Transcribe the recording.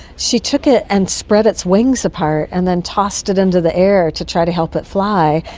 she took it and spread its wings apart and then tossed it into the air to try to help it fly,